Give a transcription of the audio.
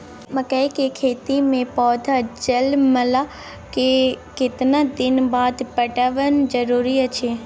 मकई के खेती मे पौधा जनमला के कतेक दिन बाद पटवन जरूरी अछि?